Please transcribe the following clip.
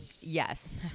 Yes